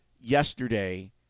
yesterday